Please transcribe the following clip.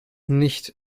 nicht